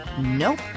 Nope